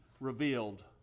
revealed